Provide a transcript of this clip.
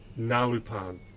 Nalupan